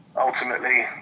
ultimately